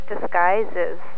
disguises